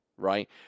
right